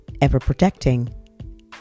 ever-protecting